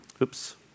Oops